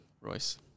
Royce